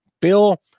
Bill